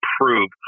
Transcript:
prove